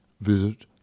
visit